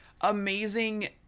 amazing